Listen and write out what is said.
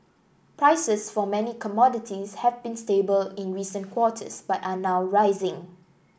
prices for many commodities have been stable in recent quarters but are now rising